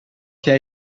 jij